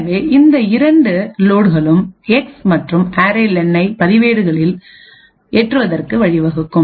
எனவே இந்த 2 லோட்களும் எக்ஸ் மற்றும் அரே லென்array len ஐ பதிவேடுகளில் ஏற்றுவதற்கு வழிவகுக்கும்